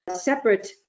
separate